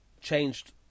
changed